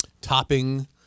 topping